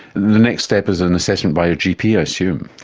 the next step is an assessment by your gp i assume.